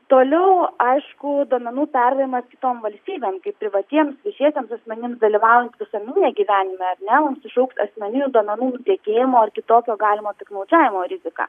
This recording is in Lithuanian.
toliau aišku duomenų perdavimas kitom valstybėm kaip privatiems viešiesiems asmenims dalyvaujant visuomeniniame gyvenime ar ne mums išaugs asmeninių duomenų nutekėjimo ar kitokio galimo piktnaudžiavimo rizika